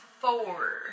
four